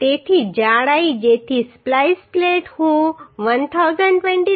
તેથી જાડાઈ જેથી સ્પ્લાઈસ પ્લેટ હું 1022